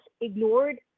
ignored